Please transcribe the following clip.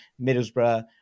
Middlesbrough